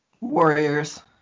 Warriors